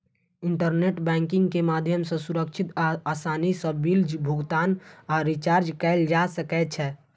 internet banking के माध्यम सं सुरक्षित आ आसानी सं बिल भुगतान आ रिचार्ज कैल जा सकै छै